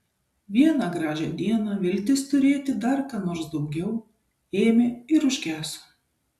vieną gražią dieną viltis turėti dar ką nors daugiau ėmė ir užgeso